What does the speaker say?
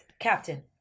Captain